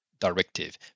directive